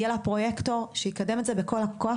יהיה לה פרוייקטור שיקדם את זה בכל הכוח